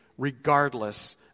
regardless